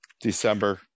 December